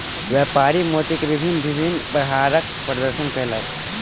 व्यापारी मोती के भिन्न भिन्न हारक प्रदर्शनी कयलक